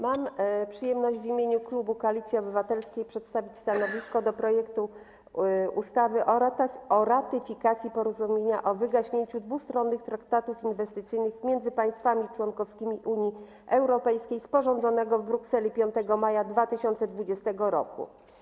Mam przyjemność w imieniu klubu Koalicji Obywatelskiej przedstawić stanowisko wobec projektu ustawy o ratyfikacji Porozumienia o wygaśnięciu dwustronnych traktatów inwestycyjnych między państwami członkowskimi Unii Europejskiej, sporządzonego w Brukseli dnia 5 maja 2020 r.